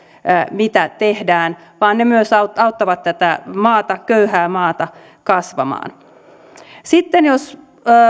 mitä tehdään vaan se myös auttaa tätä köyhää maata kasvamaan sitten jos